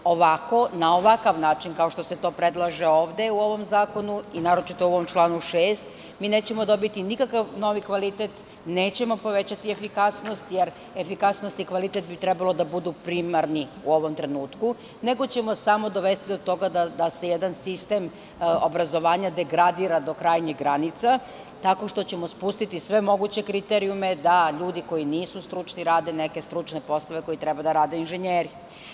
Ovako, na ovakav način, kao što se to predlaže ovde u ovom zakonu i naročito u ovom članu 6. nećemo dobiti nikakav novi kvalitet, nećemo povećati efikasnost, jer efikasnost i kvalitet bi trebalo da budu primarni u ovom trenutku, nego ćemo samo dovesti do toga da se jedan sistem obrazovanja degradira do krajnjih granica tako što ćemo spustiti sve moguće kriterijume da ljudi koji nisu stručni rade neke stručne poslove koje treba da rade inženjeri.